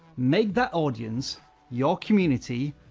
make that audience your community,